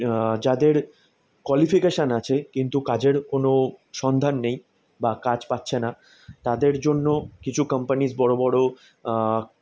যাদের কোয়ালিফিকেশান আছে কিন্তু কাজের কোনো সন্ধান নেই বা কাজ পাচ্ছে না তাদের জন্য কিছু কোম্পানিস বড়ো বড়ো